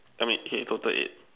I mean eight total eight